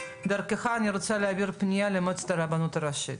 דרכך אני רוצה להעביר פנייה למועצת הרבנות הראשית.